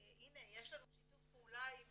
יש לנו שיתוף פעולה עם